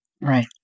Right